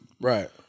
Right